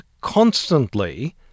constantly